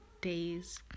days